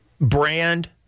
brand